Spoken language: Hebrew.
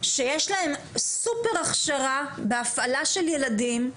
שיש להם סופר הכשרה בהפעלה של ילדים,